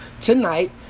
tonight